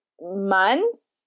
months